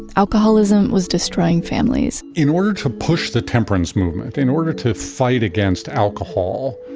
alcoholism was destroying families in order to push the temperance movement, in order to fight against alcohol,